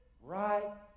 right